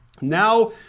now